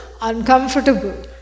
uncomfortable